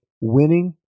winning